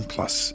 Plus